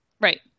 right